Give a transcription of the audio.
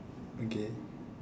okay